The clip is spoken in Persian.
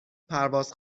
پرواز